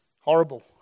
Horrible